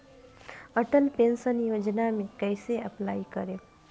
Atal pension योजना मे कैसे अप्लाई करेम?